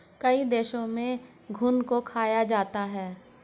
कई देशों में घुन को खाया जाता है